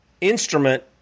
instrument